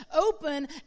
open